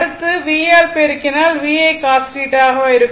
அடுத்து V ஆல் பெருக்கினால் அது VI cos θ ஆக இருக்கும்